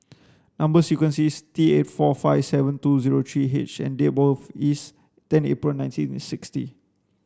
number sequence is T eight four five seven two zero three H and is ten April nineteen sixty